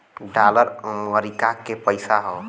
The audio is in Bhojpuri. डॉलर अमरीका के पइसा हौ